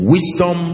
Wisdom